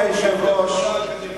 כבוד היושב-ראש,